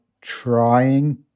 trying